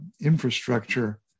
infrastructure